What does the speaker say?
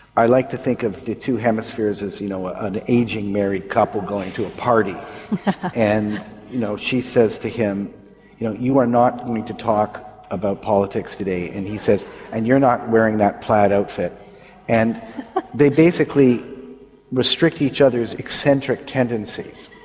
i like to think of the two hemispheres as an you know ah and ageing married couple going to a party and you know she says to him you know you are not going to talk about politics today. and he says and you're not wearing that plaid outfit and they basically restrict each other's eccentric tendencies